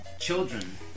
Children